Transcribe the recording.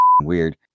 weird